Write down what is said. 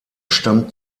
stammt